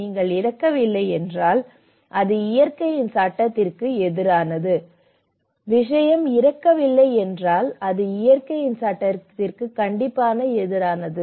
நீங்கள் இறக்கவில்லை என்றால் அது இயற்கையின் சட்டத்திற்கு எதிரானது விஷயம் இறக்கவில்லை என்றால் அது இயற்கையின் சட்டத்திற்கு எதிரானது